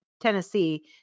Tennessee